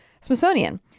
Smithsonian